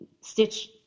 stitch